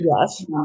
Yes